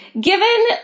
Given